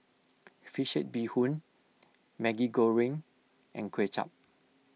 Fish Head Bee Hoon Maggi Goreng and Kway Chap